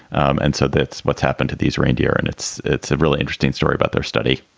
and so that's what's happened to these reindeer. and it's it's a really interesting story about their study.